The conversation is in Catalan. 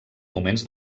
moments